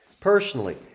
personally